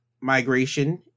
migration